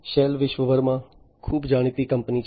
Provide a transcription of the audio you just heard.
shell વિશ્વભરમાં ખૂબ જાણીતી કંપની છે